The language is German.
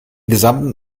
gesamten